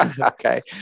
okay